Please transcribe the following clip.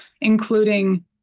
including